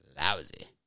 Lousy